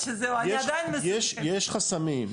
יש חסמים.